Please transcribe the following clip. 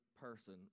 person